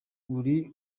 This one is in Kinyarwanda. uri